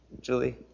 Julie